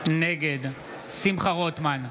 נגד שמחה רוטמן,